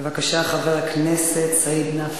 בבקשה, חבר הכנסת סעיד נפאע.